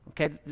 Okay